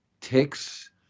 ticks